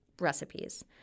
recipes